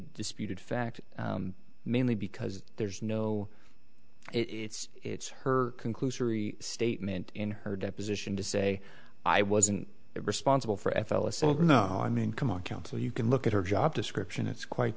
disputed fact mainly because there's no it's it's her conclusory statement in her deposition to say i wasn't responsible for f l a so you know i mean come on council you can look at her job description it's quite